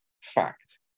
fact